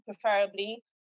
preferably